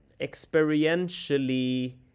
experientially